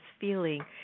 feeling